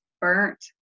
burnt